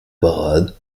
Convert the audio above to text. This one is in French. parade